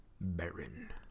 Baron